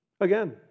Again